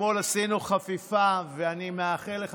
אתמול עשינו חפיפה, ואני מאחל לך